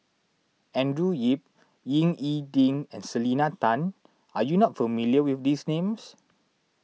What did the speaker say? Andrew Yip Ying E Ding and Selena Tan are you not familiar with these names